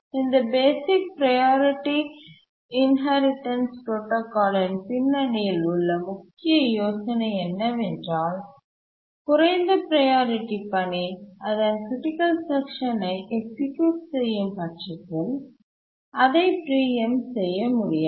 இந்த basic priority inheritance protocol ன் பின்னணியில் உள்ள முக்கிய யோசனை என்னவென்றால் குறைந்த ப்ரையாரிட்டி பணி அதன் க்ரிட்டிக்கல் செக்ஷன் யை எக்சிக்யூட் செய்யும் பட்சத்தில் அதை பிரீஎம்ட் செய்ய முடியாது